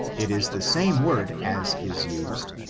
it is the same word as is used,